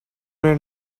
may